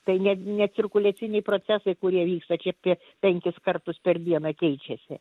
tai ne ne cirkuliaciniai procesai kurie vyksta čia apie penkis kartus per dieną keičiasi